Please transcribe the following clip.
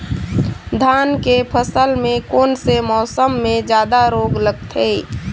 धान के फसल मे कोन से मौसम मे जादा रोग लगथे?